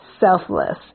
Selfless